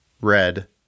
red